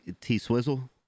T-Swizzle